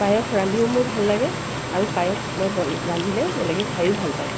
পায়স ৰান্ধিও মোৰ ভাল লাগে আৰু পায়স মই ব ৰান্ধিলে বেলেগে খায়ো ভাল পায়